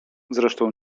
zresztą